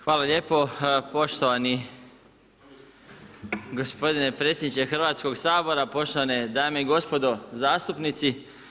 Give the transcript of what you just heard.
Hvala lijepo poštovani gospodine predsjedniče Hrvatskog sabora, poštovane dame i gospodo zastupnici.